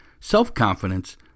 self-confidence